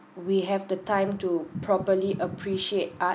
we have the time to properly appreciate art